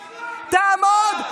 תעמוד,